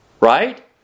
Right